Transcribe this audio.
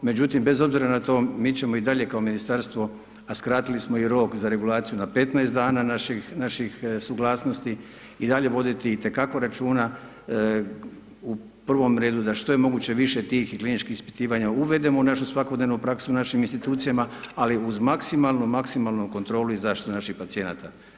Međutim, bez obzira na to, mi ćemo i dalje kao ministarstvo, a skratili smo i rok za regulaciju na 15 dana naših suglasnosti i dalje voditi itekako računa, u prvom redu, da što je moguće više tih i kliničkih ispitivanja uvedemo u našu svakodnevnu praksu u našim institucijama, ali uz maksimalnu, maksimalnu kontrolu i zaštitu naših pacijenata.